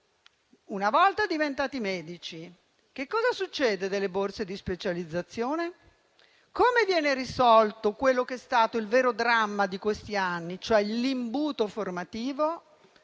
una volta diventati medici, cosa succede delle borse di specializzazione? Come viene risolto quello che è stato il vero dramma di questi anni, cioè l'imbuto formativo?